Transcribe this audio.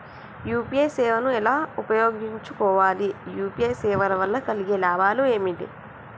UPI సేవను ఎలా ఉపయోగించు కోవాలి? యూ.పీ.ఐ సేవల వల్ల కలిగే లాభాలు ఏమిటి?